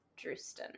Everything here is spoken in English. drewston